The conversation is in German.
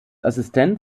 assistent